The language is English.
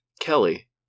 Kelly